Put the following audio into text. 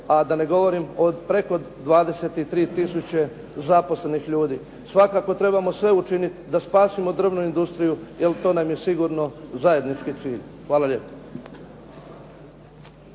a da ne govorim o preko 23 tisuće zaposlenih ljudi. Svakako trebamo sve učiniti da spasimo drvnu industriju jer to nam je sigurno zajednički cilj. Hvala lijepa.